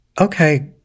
Okay